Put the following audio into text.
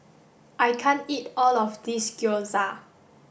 I can't eat all of this Gyoza